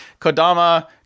Kodama